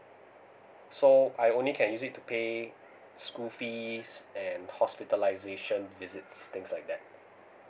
so I only can use it to pay school fees and hospitalisation is it things like that